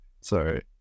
Sorry